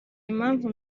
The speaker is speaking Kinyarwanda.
impamvu